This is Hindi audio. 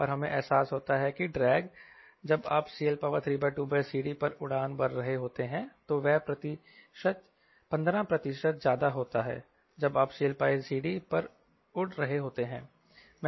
और हमें एहसास होता है कि ड्रैग जब आप CL32CDपर उड़ान भर रहे होते हैं तो वह 15 प्रतिशत ज्यादा होता है जब आप CLCDmaxपर उड़ रहे होते हैं